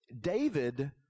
David